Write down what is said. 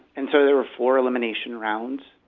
and so there were four elimination rounds.